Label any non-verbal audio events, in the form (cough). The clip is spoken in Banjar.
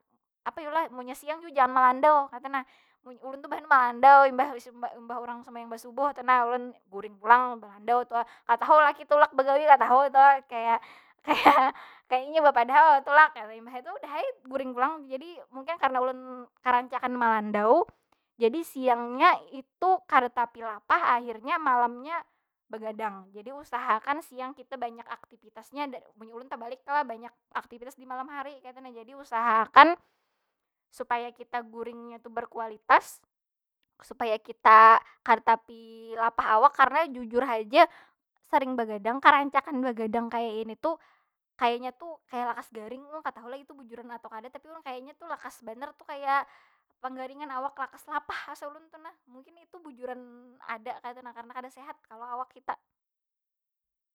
Apa yu lah? Munnya siang jua jangan malandau kaytu nah. (hesitation) ulun tu (unintelligible) malandaui imbah (hesitation) imbah urang basambahyang subuh tu nah ulun guring pulang malandau tu ah. Katahu laki tulak bagawi, katahu itu ai. (laughs) Kaya, kaya (laughs) kaya inya bepada ulun tulak, imbah itu udah ai guring pulang. Jadi mungkin karena ulun karancakan malandau, jadi siangnya itu kada tapi lapah akhirnya malamnya bagadang. Jadi usahakan siang kita banyak aktipitasnya dan (hesitation) munnya ulun tabalik kalo? Banyak aktipitas di malam hari kaytu nah jadi usaha akan supaya ktia guringnya tu berkualitas, supaya kita kada tapi lapah awak karena jujur haja saring bagadang, karancakan bagadang kaya ini tu, kayanya tu kaya lakas garing pang. Katahu lah itu bujuran atau kada, tapi urang kayanya tu lakas banar kaya panggaringan awak, lakas lapah asa ulun tu nah. Mungkin itu bujuranada kaytu nah karena kada sehat kalo awak kita.